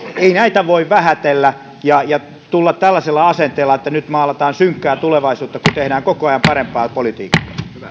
ei näitä voi vähätellä ja ja tulla tällaisella asenteella että nyt maalataan synkkää tulevaisuutta silloin kun tehdään koko ajan parempaa politiikkaa